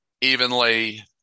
evenly